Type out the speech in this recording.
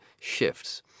shifts